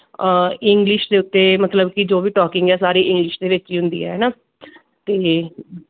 English ਦੇ ਉੱਤੇ ਮਤਲਬ ਕਿ ਜੋ ਵੀ ਟੋਕਿੰਗ ਆ ਸਾਰੀ ਇੰਗਲਿਸ਼ ਦੇ ਵਿੱਚ ਹੀ ਹੁੰਦੀ ਹੈ ਹੈ ਨਾ ਅਤੇ